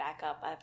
backup